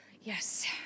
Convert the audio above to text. Yes